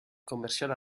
commerciale